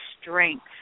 strength